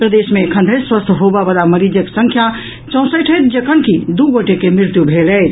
प्रदेश मे एखन धरि स्वस्थ होबय वला मरीजक संख्या चौंसठि अछि जखन कि दू गोटे के मृत्यु भेल अछि